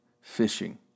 fishing